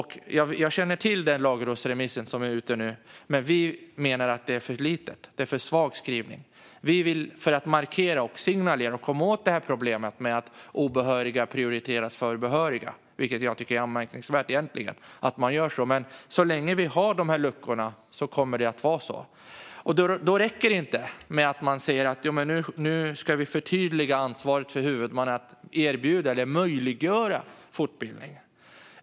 Jag känner till den lagrådsremiss som nu är ute, men vi i Liberalerna menar att förslaget har en för svag skrivning. Vi vill markera, signalera och komma åt problemet med att obehöriga prioriteras före behöriga, vilket egentligen är mycket anmärkningsvärt. Så länge luckorna finns kommer det att vara så här. Det räcker inte att säga att man ska förtydliga ansvaret för huvudmännen att erbjuda eller möjliggöra fortbildning.